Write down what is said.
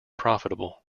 profitable